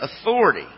authority